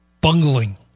bungling